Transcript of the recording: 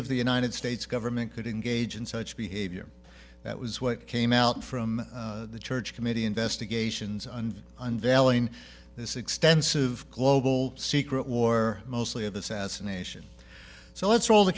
of the united states government could engage in such behavior that was what came out from the church committee investigations and unveiling this extensive global secret war mostly of assassination so let's roll the